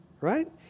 right